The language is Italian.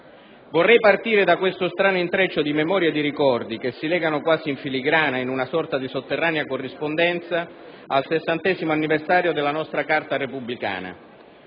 Vorrei partire da questo strano intreccio di memoria e di ricordi, che si legano quasi in filigrana e in una sorta di sotterranea corrispondenza al sessantesimo anniversario della nostra Carta repubblicana.